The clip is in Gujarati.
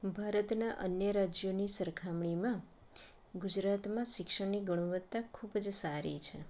ભારતના અન્ય રાજ્યોની સરખામણીમાં ગુજરાતમાં શિક્ષણની ગુણવત્તા ખૂબ જ સારી છે